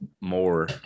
more